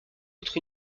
autre